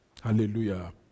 Hallelujah